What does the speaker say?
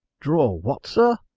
draw what, sir!